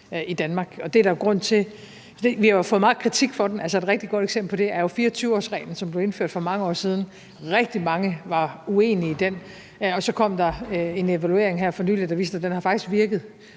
i Danmark, og det er der jo en grund til. Vi har jo fået meget kritik for den. Et rigtig godt eksempel på det er jo 24-årsreglen, som blev indført for mange år siden. Rigtig mange var uenige i den, og så kom der en evaluering her for nylig, der viste, at den faktisk har virket.